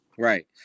Right